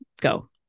go